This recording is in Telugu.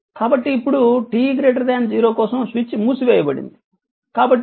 కాబట్టి ఇప్పుడు t 0 కోసం స్విచ్ మూసివేయబడింది